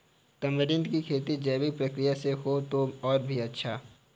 tamarind की खेती जैविक प्रक्रिया से हो तो और भी अच्छा